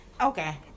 Okay